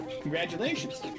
Congratulations